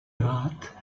hâte